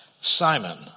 Simon